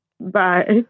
bye